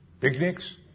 picnics